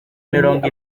mirongo